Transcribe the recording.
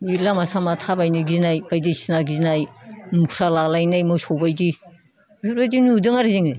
बे लामा सामा थाबायनो गिनाय बायदिसिना गिनाय मुख्रा लालायनाय मोसौ बायदि बिफोरबायदि नुदों आरो जोङो